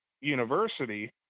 university